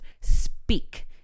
speak